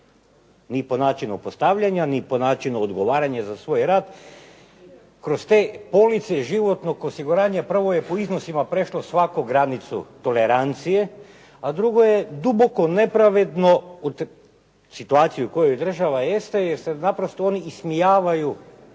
ni po način postavljanja niti po načinu odgovaranja za svoj rad. Kroz te police životnog osiguranja prvo je po iznosima prešlo svaku granicu tolerancije, a drugo je duboko nepravedno u situaciji u kojoj država jeste jer oni naprosto ismijavaju